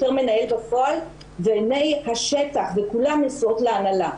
יותר מנהל בפועל ועיני השטח וכולם נשואות להנהלה,